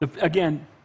Again